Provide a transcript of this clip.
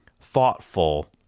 thoughtful